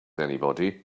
anybody